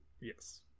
Yes